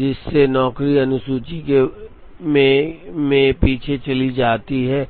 जिससे नौकरी अनुसूची में पीछे चली जाती है